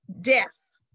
death